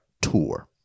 Tour